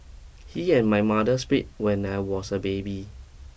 he and my mother split when I was a baby